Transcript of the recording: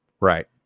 Right